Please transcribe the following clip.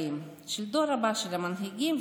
הדור הבא של המנהיגים,